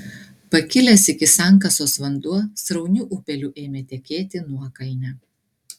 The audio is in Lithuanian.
pakilęs iki sankasos vanduo srauniu upeliu ėmė tekėti nuokalne